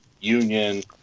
Union